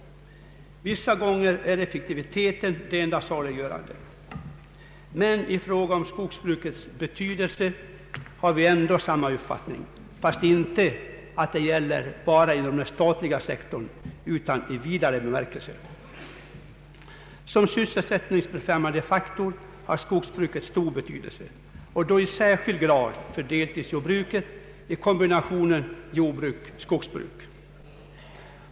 Vissa gånger är effektiviteten det enda saliggörande. Men i fråga om skogsbrukets betydelse har vi ändå samma uppfattning, fast inte att det bara gäller inom den statliga sektorn utan i vidare bemärkelse. Som sysselsättningsbefrämjande faktor har skogsbruket stor betydelse särskilt för deltidsjordbruket i kombinationen jordbruk-skogsbruk.